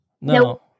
No